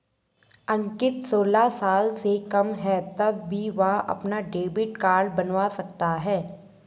अंकित सोलह साल से कम है तब भी वह अपना डेबिट कार्ड बनवा सकता है